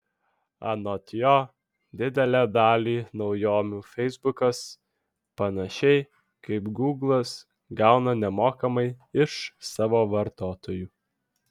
anot jo didelę dalį naujovių feisbukas panašiai kaip gūglas gauna nemokamai iš savo vartotojų